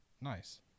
nice